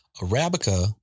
Arabica